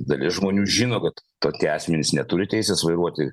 dalis žmonių žino kad tokie asmenys neturi teisės vairuoti